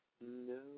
no